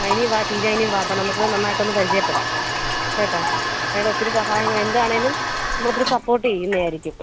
ആ ഇനിയും വാ ഷീജ ഇനിയും വാ അപ്പം നമുക്ക് നന്നായിട്ടൊന്ന് പരിചയപ്പെടാം കേട്ടോ മാഡം ഒത്തിരി സഹായങ്ങളെന്താണെങ്കിലും നമ്മളൊത്തിരി സപ്പോർട്ട് ചെയ്യുന്നതായിരിക്കും